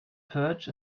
perch